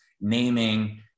naming